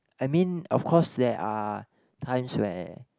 I mean of course there are times where